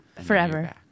forever